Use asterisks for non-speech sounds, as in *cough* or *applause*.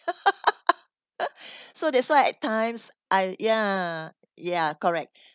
*laughs* *breath* so that's why at times I ya ya correct